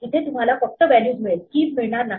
इथे तुम्हाला फक्त व्हॅल्यूज मिळेल keys मिळणार नाही